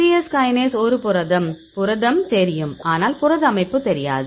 CS kinase ஒரு புரதம் புரதம் தெரியும் ஆனால் புரத அமைப்பு தெரியாது